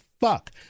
fuck